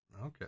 Okay